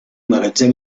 magatzem